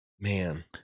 Man